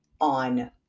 on